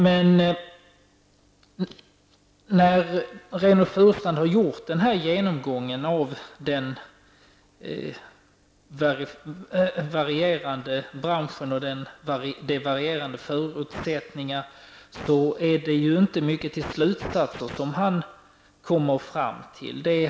Det är inte mycket till slutsatser Reynoldh Furustrand kommer fram till sedan han gjort denna genomgång av den varierande branschen och dess olika förutsättningar.